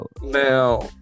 Now